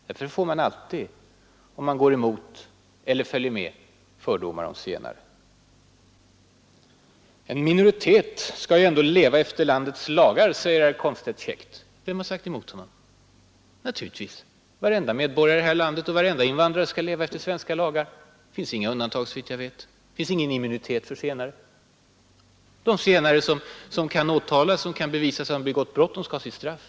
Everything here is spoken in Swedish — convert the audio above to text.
Det får man alltid om man går emot eller följer med fördomar om zigenare. En minoritet skall ju ändå leva efter landets lagar, säger herr Komstedt käckt. Vem har sagt emot honom? Naturligtvis skall varenda medborgare i det här landet och varenda invandrare leva efter svenska lagar. Det finns inga undantag, såvitt jag vet. Det finns ingen immunitet för zigenare. De zigenare som åtalas skall, om det kan bevisas att de begått brott, ha sitt straff.